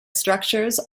structures